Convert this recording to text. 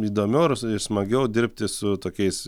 įdomiau ir sa smagiau dirbti su tokiais